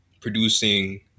producing